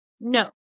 No